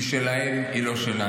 היא שלהם, היא לא שלנו.